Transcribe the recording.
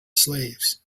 slaves